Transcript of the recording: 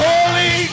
Holy